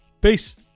Peace